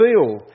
feel